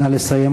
נא לסיים,